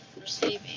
Receiving